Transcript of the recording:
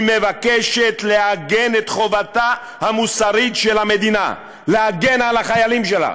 היא מבקשת לעגן את חובתה המוסרית של המדינה להגן על החיילים שלה.